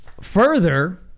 Further